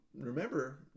Remember